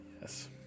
yes